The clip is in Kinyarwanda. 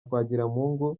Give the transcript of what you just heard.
twagiramungu